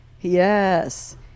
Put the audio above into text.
Yes